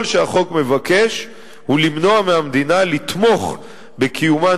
כל שהחוק מבקש הוא למנוע מהמדינה לתמוך בקיומן